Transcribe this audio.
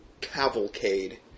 cavalcade